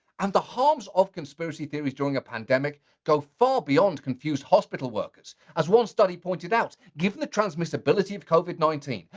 and the harms of conspiracy theories during a pandemic, go far beyond confused hospital workers. as one study pointed out, given the transmissibility of covid nineteen,